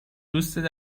دوستت